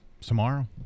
Tomorrow